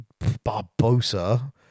Barbosa